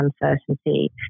uncertainty